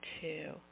two